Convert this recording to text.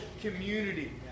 community